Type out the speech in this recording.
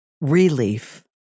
relief